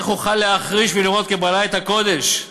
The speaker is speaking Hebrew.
איך אוכל להחריש ולראות כבלע את הקודש".